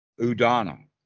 Udana